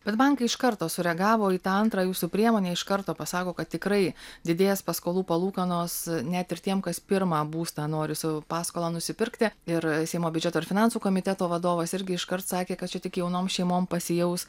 bet bankai iš karto sureagavo į tą antrą jūsų priemonę iš karto pasako kad tikrai didės paskolų palūkanos net ir tiem kas pirmą būstą nori su paskola nusipirkti ir seimo biudžeto ir finansų komiteto vadovas irgi iškart sakė kad čia tik jaunom šeimom pasijaus